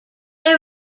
are